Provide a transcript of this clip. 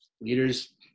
leaders